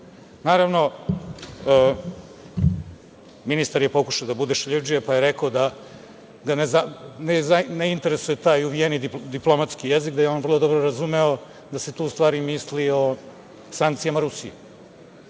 EU? Naravno, ministar je pokušao da bude šaljivdžija, pa je rekao da ga ne interesuje taj uvijeni diplomatski jezik, da je on vrlo dobro razumeo da se tu u stvari misli o sankcijama Rusiji.